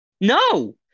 No